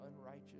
unrighteous